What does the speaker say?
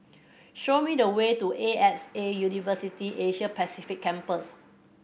show me the way to A X A University Asia Pacific Campus